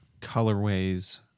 colorways